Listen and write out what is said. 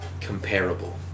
comparable